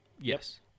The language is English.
Yes